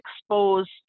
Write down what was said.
exposed